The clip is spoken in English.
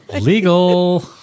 Legal